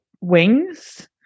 wings